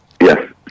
Yes